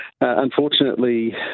unfortunately